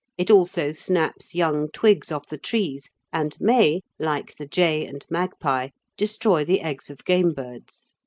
it also snaps young twigs off the trees and may, like the jay and magpie, destroy the eggs of game birds.